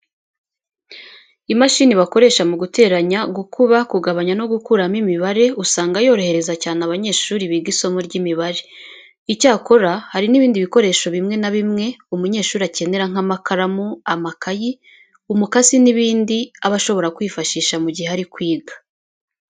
Imashini bakoresha mu guteranya, gukuba, kugabanya no gukuramo imibare usanga yorohereza cyane abanyeshuri biga isomo ry'imibare. Icyakora, hari n'ibindi bikoresho bimwe na bimwe umunyeshuri akenera nk'amakaramu, amakayi, umukasi n'ibindi aba ashobora kwifashisha mu gihe ari kwiga.